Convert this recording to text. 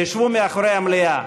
תשבו מאחורי המליאה.